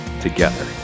together